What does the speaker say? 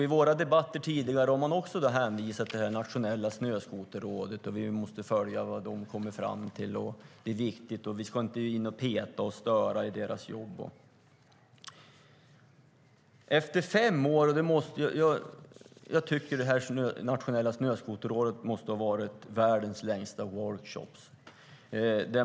I våra tidigare debatter har det också hänvisats till Nationella Snöskoterrådet och att vi måste följa vad de har kommit fram till, att det är viktigt och att vi inte ska in och peta och störa i deras jobb. Jag tänker att Nationella Snöskoterrådet måste vara världens längsta workshop.